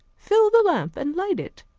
fill the lamp and light it.